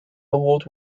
award